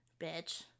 Bitch